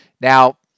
Now